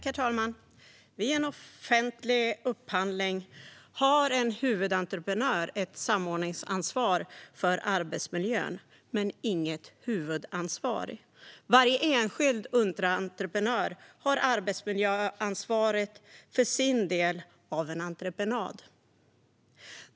Herr talman! Vid en offentlig upphandling har en huvudentreprenör ett samordningsansvar för arbetsmiljön men inget huvudansvar. Varje enskild underentreprenör har arbetsmiljöansvaret för sin del av en entreprenad.